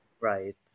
Right